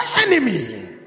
enemy